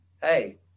Hey